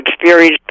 experienced